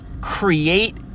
Create